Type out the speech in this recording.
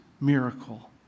miracle